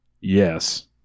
Yes